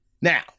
Now